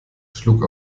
schlug